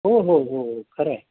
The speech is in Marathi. हो हो हो खरं आहे